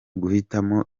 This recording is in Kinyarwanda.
guhitamo